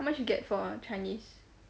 how much you get for chinese